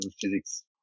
physics